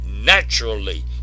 Naturally